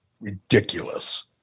ridiculous